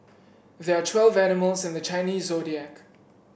there are twelve animals in the Chinese Zodiac